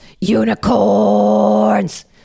unicorns